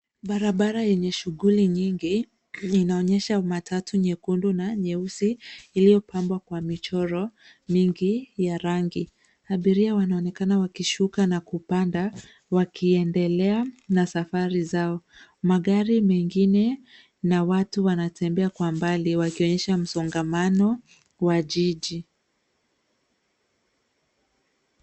Barabara yenye shughuli nyingi, inaonyesha matatu nyekundu na nyeusi iliyopambwa kwa michoro mingi ya rangi. Abiria wanaonekana wakishuka na kupanda, wakiendelea na safari zao. Magari mengine na watu wanatembea kwa mbali wakionyesha msongamano wa jiji.